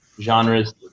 genres